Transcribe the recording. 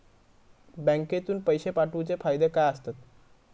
बँकेतून पैशे पाठवूचे फायदे काय असतत?